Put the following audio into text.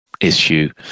issue